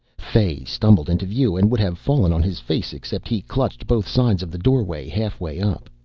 fay stumbled into view and would have fallen on his face except he clutched both sides of the doorway halfway up.